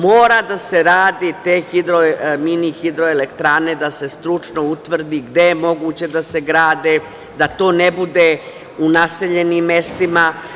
Mora da se za te mini hidroelektrane stručno utvrdi gde je moguće da se grade, da to ne bude u naseljenim mestima.